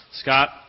Scott